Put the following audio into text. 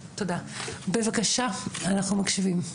בבקשה, אנחנו מקשיבים.